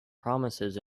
promises